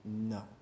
no